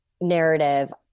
narrative